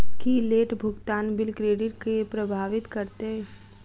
की late भुगतान bill credit केँ प्रभावित करतै?